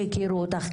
שהכירו אותך,